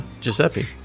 giuseppe